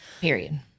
Period